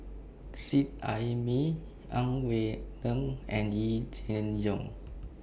Seet Ai Mee Ang Wei Neng and Yee Jenn Jong